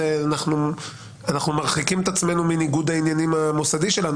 אנחנו מרחיקים את עצמנו מניגוד העניינים המוסדי שלנו.